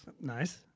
Nice